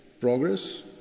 progress